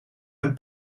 een